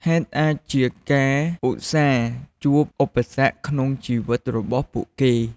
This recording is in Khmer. ហេតុអាចជាការឧស្សាហជួបឧបសគ្គក្នុងជីវិតរបស់ពួកគេ។